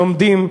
לומדים,